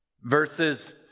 Verses